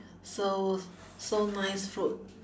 so so nice fruit